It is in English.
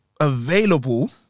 available